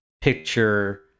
picture